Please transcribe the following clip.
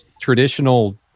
traditional